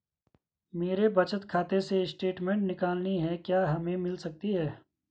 मेरे बचत खाते से स्टेटमेंट निकालनी है क्या हमें मिल सकती है?